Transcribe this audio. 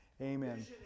Amen